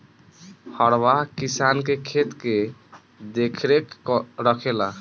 हरवाह किसान के खेत के देखरेख रखेला